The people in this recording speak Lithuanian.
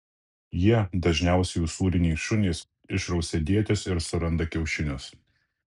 jie dažniausiai usūriniai šunys išrausia dėtis ir suranda kiaušinius